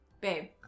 Babe